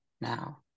now